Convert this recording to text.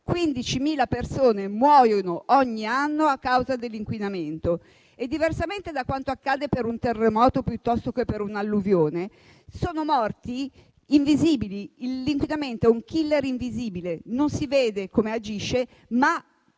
15.000 persone muoiono ogni anno a causa dell'inquinamento. Diversamente da quanto accade per un terremoto o per un'alluvione, sono morti invisibili. L'inquinamento è un *killer* invisibile, non si vede come agisce, ma purtroppo